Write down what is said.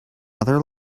other